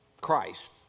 Christ